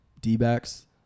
D-backs